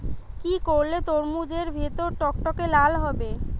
কি করলে তরমুজ এর ভেতর টকটকে লাল হবে?